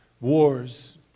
wars